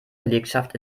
belegschaft